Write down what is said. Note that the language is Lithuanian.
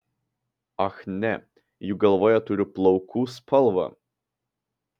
ach ne juk galvoje turiu plaukų spalvą